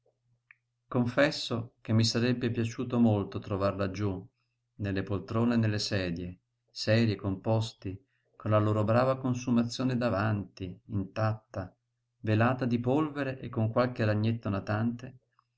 confesso che mi sarebbe piaciuto molto trovar laggiú nelle poltrone e nelle sedie serii e composti con la loro brava consumazione davanti intatta velata di polvere e con qualche ragnetto natante